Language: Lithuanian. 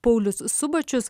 paulius subačius